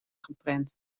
geprent